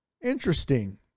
Interesting